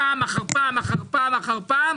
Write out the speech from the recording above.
פעם אחר פעם אחר פעם אחר פעם אחר פעם,